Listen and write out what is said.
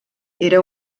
era